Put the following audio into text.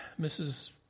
Mrs